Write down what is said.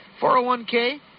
401K